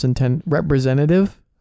representative